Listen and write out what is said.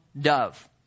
dove